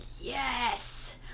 yes